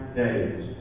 days